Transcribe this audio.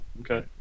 Okay